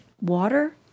water